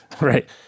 Right